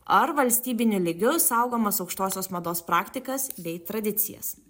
ar valstybiniu lygiu saugomas aukštosios mados praktikas bei tradicijas